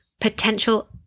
potential